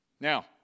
Now